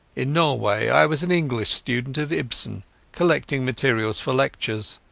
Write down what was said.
in norway i was an english student of ibsen collecting materials for lectures,